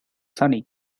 sunny